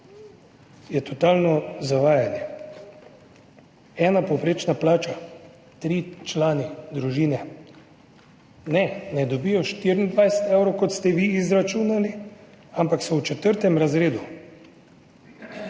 je totalno zavajanje. Ena povprečna plača, tričlanska družina, ne, ne dobijo 24 evrov, kot ste vi izračunali, ampak so v četrtem razredu,